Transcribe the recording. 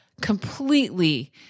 completely